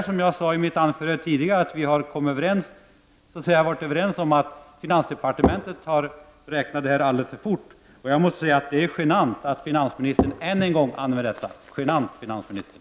Som jag sade i mitt tidigare anförande, har vi varit överens om att finansdepartementet har räknat alldeles för fort, och jag måste säga att det är genant att finansministern än en gång för fram det här resonemanget. Genant, finansministern!